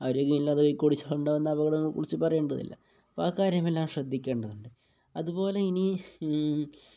ആരോഗ്യം ഇല്ലാതെ ബൈക്ക് ഓടിച്ച് കൊണ്ട് അപകടങ്ങളെ കുറിച്ച് പറയേണ്ടതില്ല അപ്പം ആ കാര്യമെല്ലാം എല്ലാം ശ്രദ്ധിക്കേണ്ടതുണ്ട് അതുപോലെ ഇനി